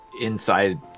inside